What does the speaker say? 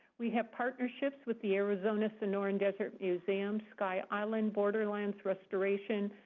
we have partnerships with the arizona sonora and desert museums, sky island borderlands restoration,